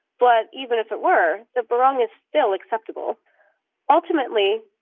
but even if it were, the barong is still acceptable ultimately,